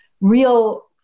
real